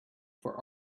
for